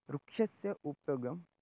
वृक्षस्य उपयोगम्